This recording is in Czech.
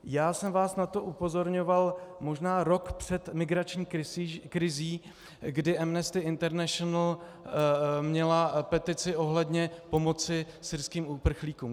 Já jsem vás na to upozorňoval možná rok před migrační krizí, kdy Amnesty International měla petici ohledně pomoci syrským uprchlíkům.